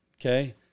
okay